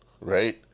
right